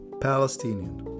Palestinian